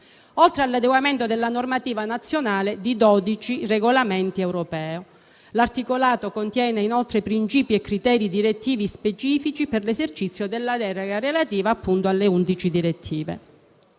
oltre all'adeguamento a 12 regolamenti europei. L'articolato contiene inoltre principi e criteri direttivi specifici per l'esercizio della delega relativa alle 11 direttive.